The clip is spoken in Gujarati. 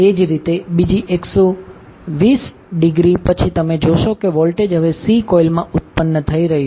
એ જ રીતે બીજી 120 ડિગ્રી પછી તમે જોશો કે વોલ્ટેજ હવે C કોઇલમાં ઉત્પન્ન થઈ રહ્યો છે